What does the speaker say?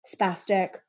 spastic